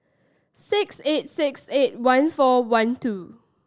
six eight six eight one four one two